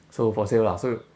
so for sale lah so